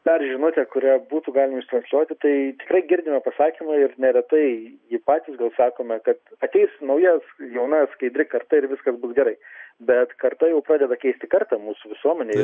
dar žinutė kurią būtų galima ištransliuoti taip tikrai girdime pasakymą ir neretai jį patys gal sakome kad ateis nauja jauna skaidri karta ir viskas bus gerai bet karta jau pradeda keisti kartą mūsų visuomenėj